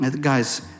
guys